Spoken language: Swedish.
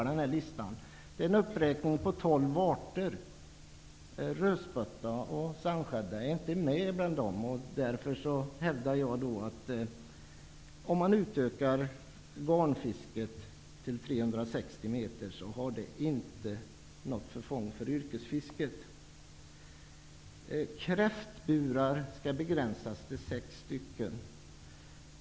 Det är en uppräkning på tolv arter. Rödspotta och sandskädda är inte med bland dem. Därför hävdar jag att det inte är till förfång för yrkesfisket om man utökar garnfisket till 360 meter.